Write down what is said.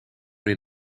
maar